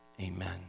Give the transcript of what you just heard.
Amen